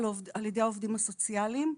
על-ידי העובדים הסוציאליים.